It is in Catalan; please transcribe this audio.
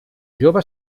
jove